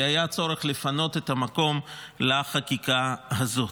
כי היה צורך לפנות את המקום לחקיקה הזאת.